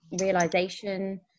realization